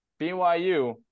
BYU